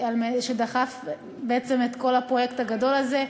שדחף בעצם את כל הפרויקט הגדול הזה,